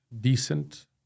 decent